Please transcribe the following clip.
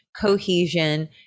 cohesion